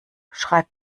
schreibt